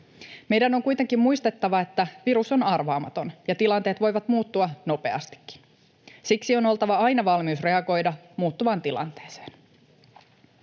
Meidän on kuitenkin muistettava, että virus on arvaamaton ja tilanteet voivat muuttua nopeastikin. Siksi on oltava aina valmius reagoida muuttuvaan tilanteeseen.